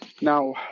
now